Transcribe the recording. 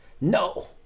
No